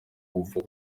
kuva